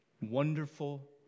wonderful